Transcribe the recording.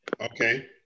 Okay